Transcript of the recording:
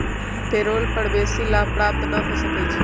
payroll कर बेशी लाभ प्राप्त न हो सकै छइ